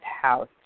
house